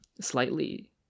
Slightly